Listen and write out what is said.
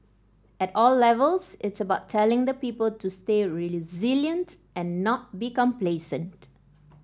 at all levels it's about telling the people to stay resilient and not be complacent